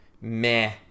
meh